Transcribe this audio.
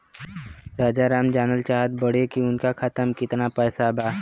राजाराम जानल चाहत बड़े की उनका खाता में कितना पैसा बा?